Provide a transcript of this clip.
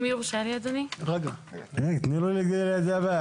אם יורשה לי, אדוני --- רגע, תני לו לדבר.